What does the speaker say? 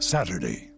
Saturday